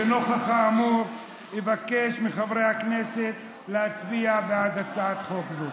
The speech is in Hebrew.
ולנוכח האמור אבקש מחברי הכנסת להצביע בעד הצעת חוק הזאת.